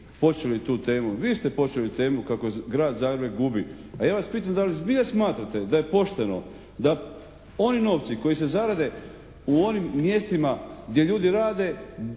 počeli tu temu, vi ste počeli temu kako Grad Zagreb gubi, a ja vas pitam da li zbilja smatrate da je pošteno da oni novci koji se zarade u onim mjestima gdje ljudi rade